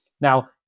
Now